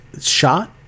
shot